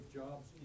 jobs